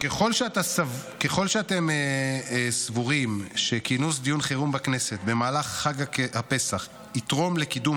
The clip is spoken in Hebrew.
ככל שאתם סבורים שכינוס דיון חירום בכנסת במהלך חג הפסח יתרום לקידום